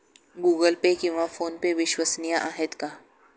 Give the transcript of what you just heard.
Google Pay किंवा PhonePe विश्वसनीय आहेत का?